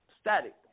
Static